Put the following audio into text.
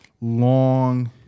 long